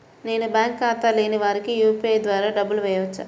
నేను బ్యాంక్ ఖాతా లేని వారికి యూ.పీ.ఐ ద్వారా డబ్బులు వేయచ్చా?